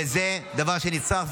וזה דבר שנצרך.